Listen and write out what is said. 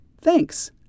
thanks